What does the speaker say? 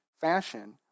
fashion